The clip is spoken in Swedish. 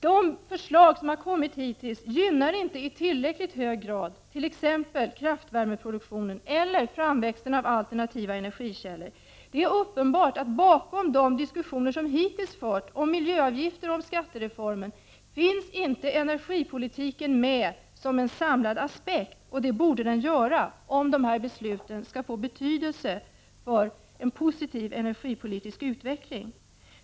De förslag som har kommit hittills gynnar inte i tillräckligt hög grad t.ex. kraftvärmeproduktionen eller framväxten av alternativa energikällor. Det är uppenbart att bakom de diskussioner som hittills har förts om miljöavgifter och om skattereformen finns inte energipolitiken med som en samlad aspekt. Det borde den göra, om dessa beslut skall få betydelse för en positiv energipolitisk utveckling.